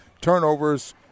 turnovers